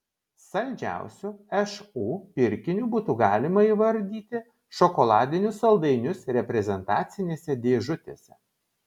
saldžiausiu šu pirkiniu būtų galima įvardyti šokoladinius saldainius reprezentacinėse dėžutėse